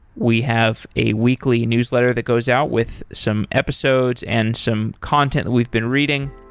we have a weekly newsletter that goes out with some episodes and some content that we've been reading.